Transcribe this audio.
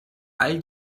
all